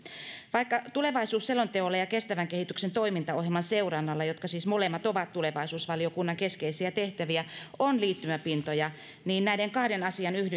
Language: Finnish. vaikka tulevaisuusselonteolla ja kestävän kehityksen toimintaohjelman seurannalla jotka siis molemmat ovat tulevaisuusvaliokunnan keskeisiä tehtäviä on liittymäpintoja näiden kahden asian